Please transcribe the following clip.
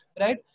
right